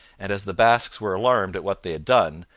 and as the basques were alarmed at what they had done,